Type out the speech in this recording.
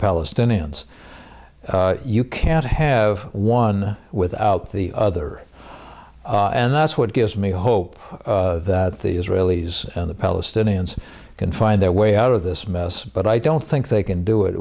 palestinians you can't have one without the other and that's what gives me hope that the israelis and the palestinians can find their way out of this mess but i don't think they can do it